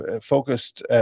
focused